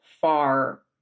far